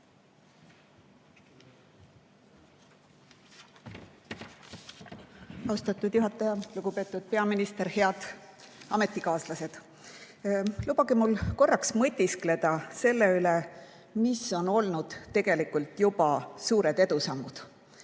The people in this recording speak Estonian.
Austatud juhataja! Lugupeetud peaminister! Head ametikaaslased! Lubage mul korraks mõtiskleda selle üle, mis on olnud tegelikult juba suured edusammud.